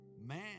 Man